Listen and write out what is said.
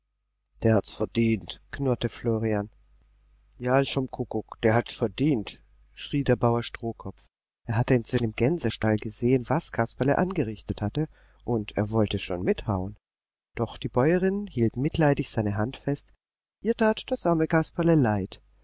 der hat's verdient knurrte florian ja zum kuckuck der hat's verdient schrie der bauer strohkopf er hatte inzwischen im gänsestall gesehen was kasperle angerichtet hatte und er wollte schon mithauen doch die bäuerin hielt mitleidig seine hand fest ihr tat das arme kasperle leid